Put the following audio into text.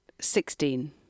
Sixteen